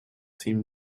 team